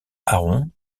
aron